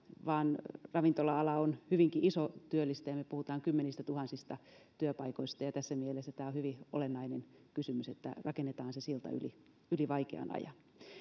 vaan ravintola ala on hyvinkin iso työllistäjä me puhumme kymmenistätuhansista työpaikoista ja ja tässä mielessä tämä on hyvin olennainen kysymys että rakennetaan se silta yli yli vaikean ajan